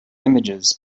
images